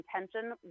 intention